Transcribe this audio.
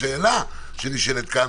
השאלה שנשאלת כאן,